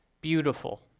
Beautiful